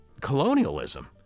colonialism